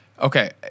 Okay